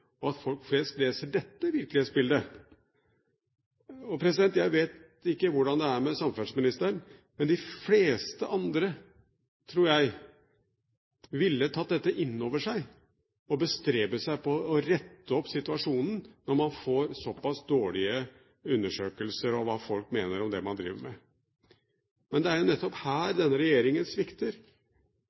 og at folk flest leser dette virkelighetsbildet. Jeg vet ikke hvordan det er med samferdselsministeren, men de fleste andre, tror jeg, ville tatt dette inn over seg og bestrebet seg på å rette opp situasjonen, når man får såpass dårlige undersøkelser om hva folk mener om det man driver med. Men det er jo nettopp her denne regjeringen svikter.